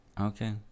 Okay